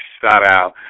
shout-out